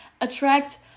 attract